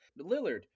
Lillard